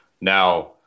Now